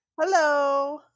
Hello